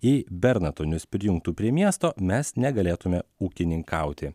jei bernatonius prijungtų prie miesto mes negalėtume ūkininkauti